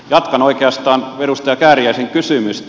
jatkan oikeastaan edustaja kääriäisen kysymystä